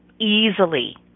easily